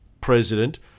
president